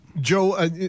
Joe